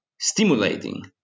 stimulating